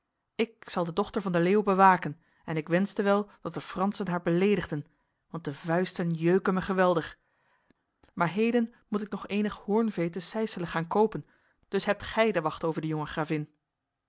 ik zal de dochter van de leeuw bewaken en ik wenste wel dat de fransen haar beledigden want de vuisten jeuken mij geweldig maar heden moet ik nog enig hoornvee te sijsele gaan kopen dus hebt gij de wacht over de jonge gravin